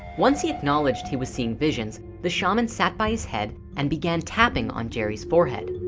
once he acknowledged he was seeing visions the shaman sat by his head and began tapping on jerry's forehead.